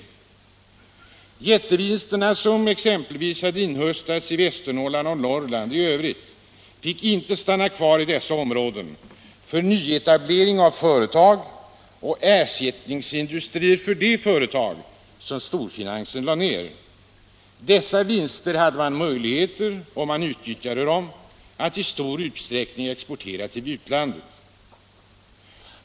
De jättevinster, som inhöstades i exempelvis Västernorrland och Norrland i övrigt, fick inte stanna kvar i dessa områden för nyetablering av företag och ersättningsindustrier för de företag som storfinansen lade ner. Dessa vinster exporterades i stor utsträckning till utlandet.